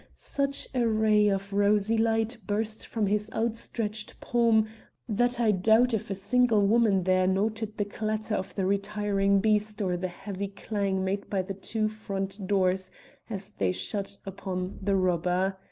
such a ray of rosy light burst from his outstretched palm that i doubt if a single woman there noted the clatter of the retiring beast or the heavy clang made by the two front doors as they shut upon the robber.